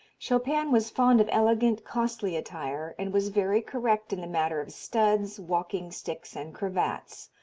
chopin was fond of elegant, costly attire, and was very correct in the matter of studs, walking sticks and cravats.